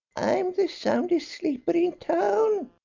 i'm the soundest sleeper in town,